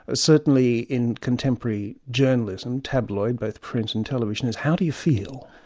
ah certainly in contemporary journalism, tabloid, both print and television, is how do you feel?